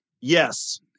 Yes